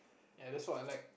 ya that's what I like